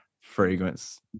fragrance